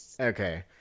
okay